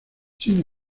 sin